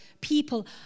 people